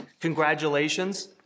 Congratulations